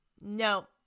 No